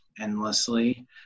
endlessly